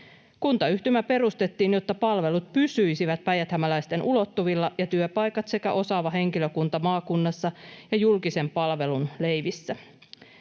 Kuntayhtymä perustettiin, jotta palvelut pysyisivät päijäthämäläisten ulottuvilla ja työpaikat sekä osaava henkilökunta maakunnassa ja julkisen palvelun leivissä.